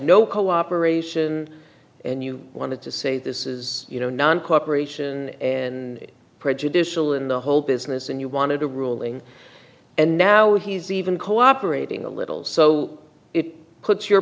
no cooperation and you wanted to say this is you know non cooperation and prejudicial in the whole business and you wanted a ruling and now he's even cooperating a little so it puts your